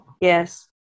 Yes